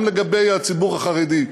גם לגבי הציבור החרדי,